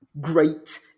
great